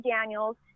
Daniels